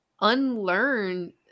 unlearn